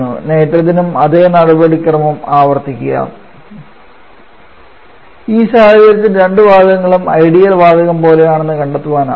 nitrogen ഉം അതേ നടപടിക്രമം ആവർത്തിക്കുക ഈ സാഹചര്യത്തിൽ രണ്ട് വാതകങ്ങളും ഐഡിയൽ വാതകം പോലെയാണെന്ന് കണ്ടെത്താനാകും